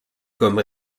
comme